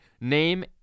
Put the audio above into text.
Name